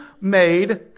made